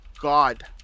god